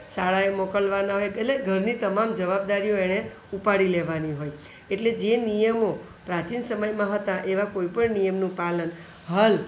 શાળાએ મોકલવાનાં હોય એટલે ઘરની તમામ જવાબદારીઓ એણે ઉપાડી લેવાની હોય એટલે જે નિયમો પ્રાચીન સમયમાં હતા એવા કોઈ પણ નિયમનું પાલન હાલ